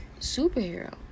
superhero